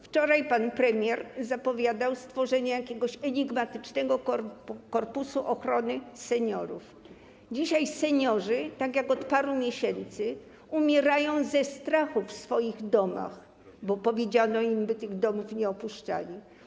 Wczoraj pan premier zapowiadał stworzenie jakiegoś enigmatycznego korpusu ochrony seniorów, dzisiaj seniorzy, tak jak od paru miesięcy, umierają ze strachu w swoich domach, bo powiedziano im, by tych domów nie opuszczali.